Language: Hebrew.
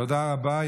תודה רבה.